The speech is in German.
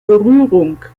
berührung